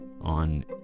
on